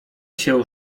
się